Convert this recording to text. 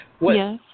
Yes